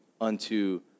unto